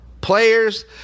players